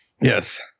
Yes